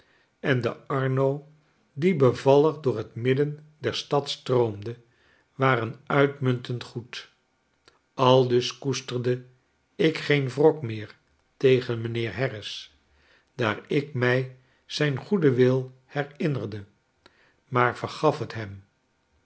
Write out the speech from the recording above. en de arno die bevallig door het midden der stad stroomde waren uitmuntend goed aldus koesterde ik geen wrok meer tegen mijnheer harris daar ik mij zijngoedenwilherinnerde maar vergaf t hem